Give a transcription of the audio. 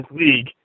league